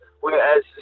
whereas